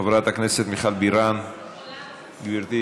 חברת הכנסת מיכל בירן, עולה.